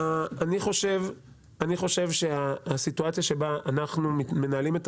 אני חושב שהסיטואציה שבה אנחנו מנהלים את